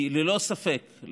כי ללא ספק,